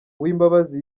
uwimbabazi